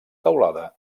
teulada